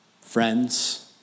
friends